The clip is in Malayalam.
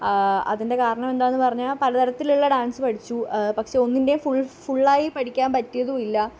അതിൻ്റെ കാരണം എന്താണെന്ന് പറഞ്ഞാൽ പലതരത്തിലുള്ള ഡാൻസ് പഠിച്ചു പക്ഷെ ഒന്നിന്റെയും ഫുൾ ഫുള്ളായി പഠിക്കാൻ പറ്റിയതും ഇല്ല